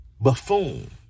buffoon